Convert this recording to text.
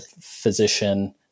physician